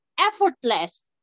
effortless